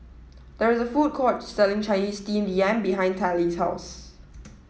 there is a food court selling Chinese Steamed Yam behind Tallie's house